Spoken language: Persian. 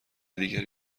دیگری